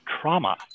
trauma